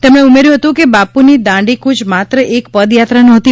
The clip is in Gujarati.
તેમણે ઉમેર્યું હતું કે બાપુ ની દાંડી ફૂચ માત્ર એક પદયાત્રા નહોતી